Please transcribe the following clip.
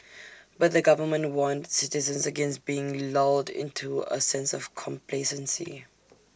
but the government warned citizens against being lulled into A sense of complacency